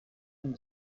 and